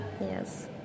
Yes